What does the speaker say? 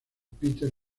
peter